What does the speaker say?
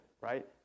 right